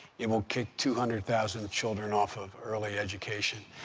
it will kick two hundred thousand children off of early education.